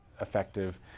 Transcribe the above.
effective